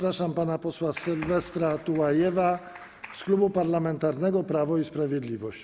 Zapraszam pana posła Sylwestra Tułajewa z Klubu Parlamentarnego Prawo i Sprawiedliwość.